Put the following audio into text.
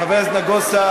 חבר הכנסת נגוסה,